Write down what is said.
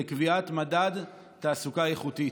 לקביעת מדד תעסוקה איכותית.